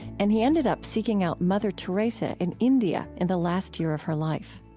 and he ended up seeking out mother teresa in india in the last year of her life